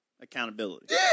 accountability